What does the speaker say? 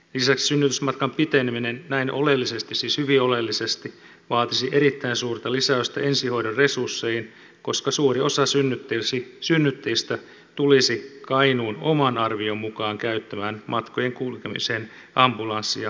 lisäksi synnytysmatkan piteneminen näin oleellisesti siis hyvin oleellisesti vaatisi erittäin suurta lisäystä ensihoidon resursseihin koska suuri osa synnyttäjistä tulisi kainuun oman arvion mukaan käyttämään matkojen kulkemiseen ambulanssia synnytyksen käynnistyttyä